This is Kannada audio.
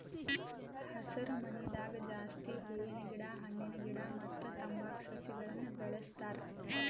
ಹಸರಮನಿದಾಗ ಜಾಸ್ತಿ ಹೂವಿನ ಗಿಡ ಹಣ್ಣಿನ ಗಿಡ ಮತ್ತ್ ತಂಬಾಕ್ ಸಸಿಗಳನ್ನ್ ಬೆಳಸ್ತಾರ್